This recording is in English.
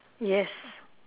yes